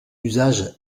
usage